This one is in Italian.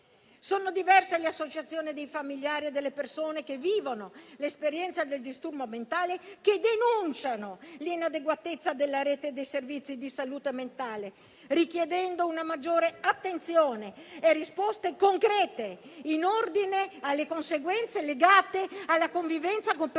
sono diverse le associazioni dei familiari e delle persone che vivono l'esperienza del disturbo mentale che denunciano l'inadeguatezza della rete dei servizi di salute mentale, richiedendo una maggiore attenzione e risposte concrete, in ordine alle conseguenze legate alla convivenza con persone